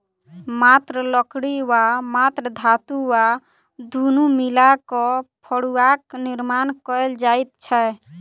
मात्र लकड़ी वा मात्र धातु वा दुनू मिला क फड़ुआक निर्माण कयल जाइत छै